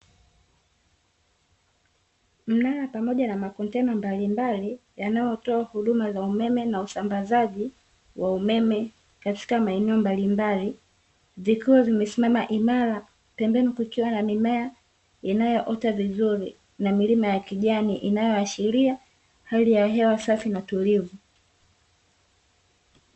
Mnara pamoja na makontena mbalimbali yanayotoa huduma za umeme, na usambazaji wa umeme katika maeneo mabalimbali, vikiwa vimesimama imara, pembeni kukiwa na mimea inayoota vizuri na milima ya kijani inayoashiria hali ya hewa safi na tulivu.